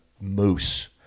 moose